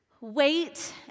wait